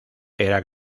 era